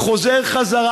חוזר חזרה,